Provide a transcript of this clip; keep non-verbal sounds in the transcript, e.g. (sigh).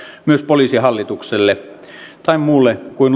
myös poliisihallitukselle tai muulle kuin (unintelligible)